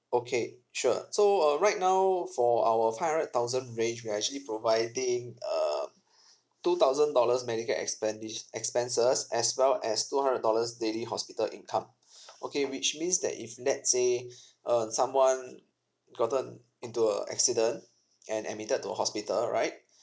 okay sure so uh right now for our five hundred thousand range we are actually providing um two thousand dollars medical expendis~ expenses as well as two hundred dollars daily hospital income okay which means that if let's say uh someone gotten into a accident and admitted to a hospital right